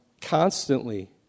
Constantly